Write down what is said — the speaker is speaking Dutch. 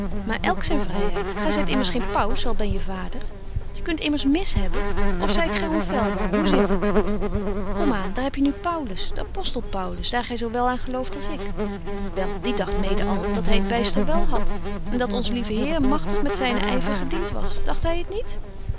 maar elk zyn vryheid gy zyt immers geen paus al ben je vader je kunt immers mis hebben of zyt gy onfeilbaar hoe zit het kom aan daar heb je nu paulus de apostel paulus daar gy zo wel aan gelooft als ik wel die dagt mede al dat hy t byster wel hadt en dat onze lieve heer magtig met zynen yver gedient was dagt hy het niet